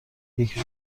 یکی